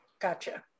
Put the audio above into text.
Gotcha